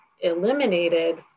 eliminated